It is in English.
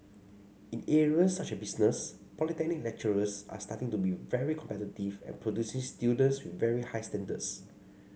in areas such as business polytechnic lecturers are starting to be very competitive and producing students very high standards